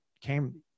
came